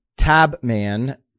Tabman